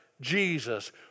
Jesus